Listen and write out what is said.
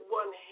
one